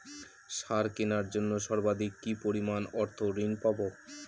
সার কেনার জন্য সর্বাধিক কি পরিমাণ অর্থ ঋণ পাব?